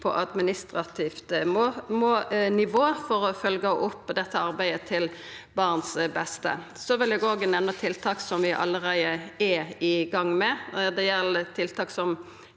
på administrativt nivå, for å følgja opp dette arbeidet til barns beste. Eg vil òg nemna tiltak som vi allereie er i gang med. Det gjeld tiltak som